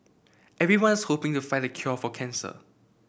everyone's hoping to find the cure for cancer